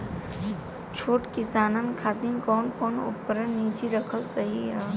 छोट किसानन खातिन कवन कवन उपकरण निजी रखल सही ह?